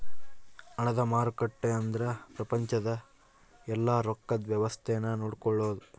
ಹಣದ ಮಾರುಕಟ್ಟೆ ಅಂದ್ರ ಪ್ರಪಂಚದ ಯೆಲ್ಲ ರೊಕ್ಕದ್ ವ್ಯವಸ್ತೆ ನ ನೋಡ್ಕೊಳೋದು